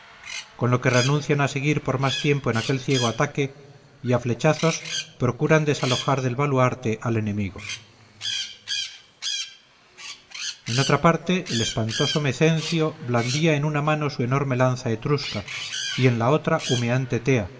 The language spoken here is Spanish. con lo que renuncian a seguir por más tiempo en aquel ciego ataque y a flechazos procuran desalojar del baluarte al enemigo en otra parte el espantoso mecencio blandía en una mano su enorme lanza etrusca y en la otra humeante tea